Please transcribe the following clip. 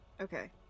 Okay